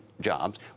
jobs